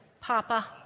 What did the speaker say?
Papa